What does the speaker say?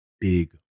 big